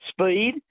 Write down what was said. speed